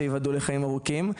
שייבדלו לחיים ארוכים,